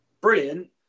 brilliant